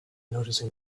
noticing